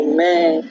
Amen